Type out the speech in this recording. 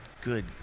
good